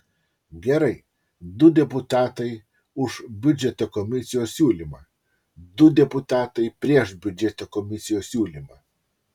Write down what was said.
gerai du deputatai už biudžeto komisijos siūlymą du deputatai prieš biudžeto komisijos siūlymą